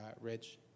Rich